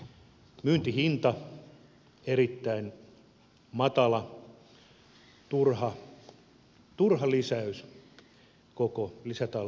se on turha lisäys koko lisätalousarvioon